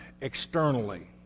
externally